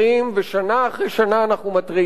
ושנה אחרי שנה אנחנו מתריעים עליהם.